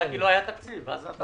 אפילו היה תקציב לזה.